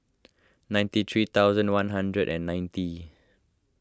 ninety three thousand one hundred and ninety